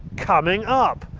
coming up.